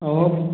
और